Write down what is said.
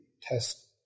test